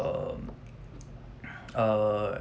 um err